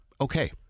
okay